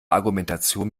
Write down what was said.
argumentation